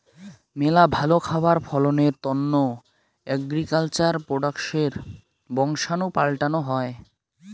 মেলা ভালো খাবার ফলনের তন্ন এগ্রিকালচার প্রোডাক্টসের বংশাণু পাল্টানো হই